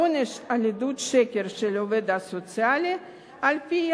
העונש על עדות שקר של העובד הסוציאלי על-פיה,